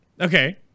Okay